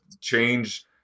change